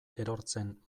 erortzen